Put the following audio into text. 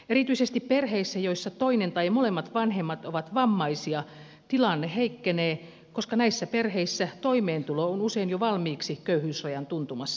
erityisesti perheissä joissa toinen tai molemmat vanhemmat ovat vammaisia tilanne heikkenee koska näissä perheissä toimeentulo on usein jo valmiiksi köyhyysrajan tuntumassa